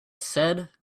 said